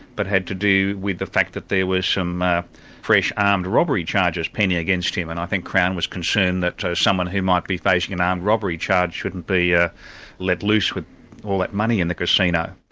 but had to do with the fact that there were some fresh armed robbery charges pending against him, and i think crown was concerned that someone who might be facing an armed robbery charge shouldn't be ah let loose with all that money in the casino.